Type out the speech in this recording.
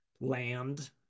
land